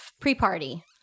pre-party